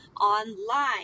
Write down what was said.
online